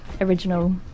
original